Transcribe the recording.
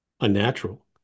unnatural